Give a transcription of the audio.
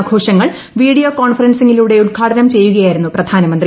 ആഘോഷങ്ങൾ വീഡിയോ കോൺഫറൻസിംഗിലൂടെ ഉദ്ഘാടനം ചെയ്യുകയായിരുന്നു പ്രധാനമന്ത്രി